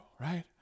right